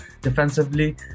defensively